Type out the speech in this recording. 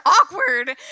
awkward